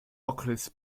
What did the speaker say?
okres